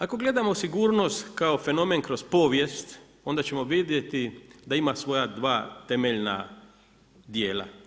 Ako gledamo sigurnost kao fenomen kroz povijest, onda ćemo vidjeti da ima svoja dva temeljna dijela.